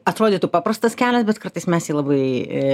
atrodytų paprastas kelias bet kartais mes jį labai